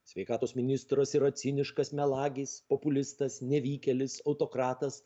sveikatos ministras yra ciniškas melagis populistas nevykėlis autokratas